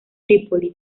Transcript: trípoli